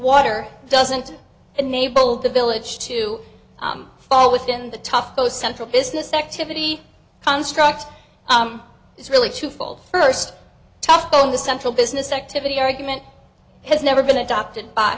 water doesn't enable the village to fall within the tough both central business activity construct is really twofold first tough go in the central business activity argument has never been adopted by